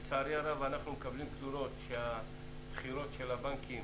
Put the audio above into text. לצערי הרב אנחנו מקבלים תלונות שהבחירות של הבנקים